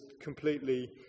completely